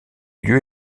lieu